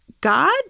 God